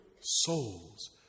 souls